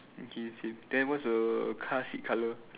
okay same then what the car seat colour